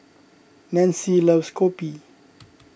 Nancy loves Kopi